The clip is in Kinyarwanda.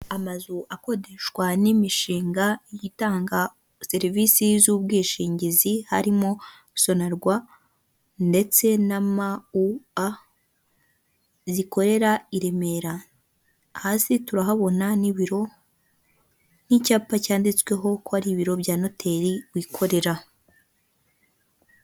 Amazu akodeshwa n'imishinga itanga serivisi z'ubwishingizi harimo sonerwa ndetse na ma u a zikorera i Remera hasi turahabona n'ibiro, nk'icyapa cyanditsweho ko ari ibiro bya noteri wikorera.